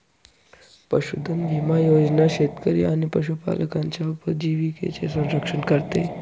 पशुधन विमा योजना शेतकरी आणि पशुपालकांच्या उपजीविकेचे संरक्षण करते